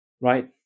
right